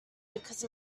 because